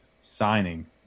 signing